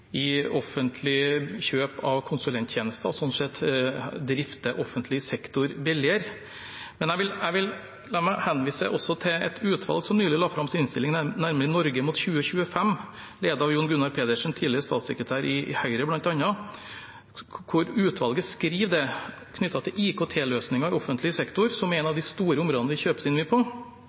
offentlig kjøp av konsulenttjenester og sånn sett drifter offentlig sektor billigere. La meg også henvise til et utvalg som nylig la fram sin innstilling, Norge mot 2025, ledet av Jon Gunnar Pedersen, bl.a. tidligere statssekretær i Høyre. Knyttet til IKT-løsninger i offentlig sektor, som er et av de store områdene der det kjøpes inn